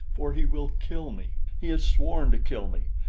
for he will kill me. he has sworn to kill me.